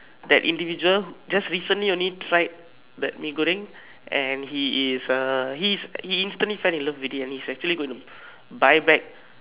but that individual just recently only tried that Mee-Goreng and he is uh he is he instantly fell in love with it and he's actually going to buy back